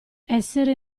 essere